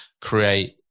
create